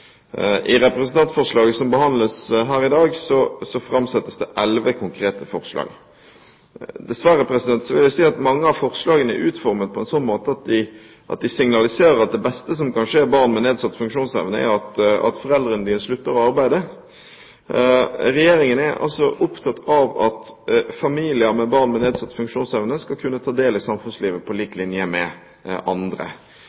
I representantforslaget som behandles her i dag, framsettes det elleve konkrete forslag. Dessverre vil jeg si at mange av forslagene er utformet på en sånn måte at de signaliserer at det beste som kan skje barn med nedsatt funksjonsevne, er at foreldrene deres slutter å arbeide. Regjeringen er opptatt av at familier med barn med nedsatt funksjonsevne skal kunne ta del i samfunnslivet på